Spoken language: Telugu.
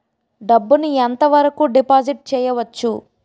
డబ్బు ను ఎంత వరకు డిపాజిట్ చేయవచ్చు?